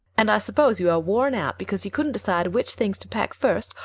and i suppose you are worn out because you couldn't decide which things to pack first,